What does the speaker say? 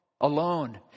Alone